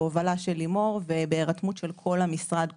בהובלה של לימור ובהירתמות של כל המשרד כולו.